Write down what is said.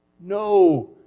No